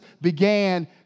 began